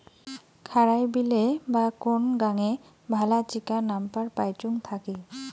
খারাই বিলে বা কোন গাঙে ভালা চিকা নাম্পার পাইচুঙ থাকি